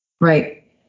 Right